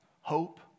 hope